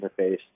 interface